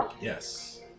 Yes